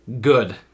Good